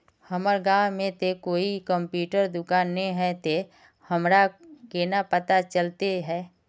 हमर गाँव में ते कोई कंप्यूटर दुकान ने है ते हमरा केना पता चलते है?